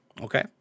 Okay